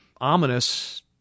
ominous